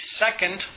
second